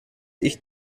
ich